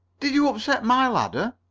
did you upset my ladder?